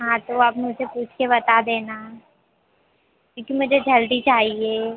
हाँ तो आप मुझे पूछकर बता देना क्योंकि मुझे जल्दी चाहिए